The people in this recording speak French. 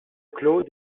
clos